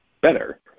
better